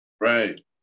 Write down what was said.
Right